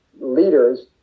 leaders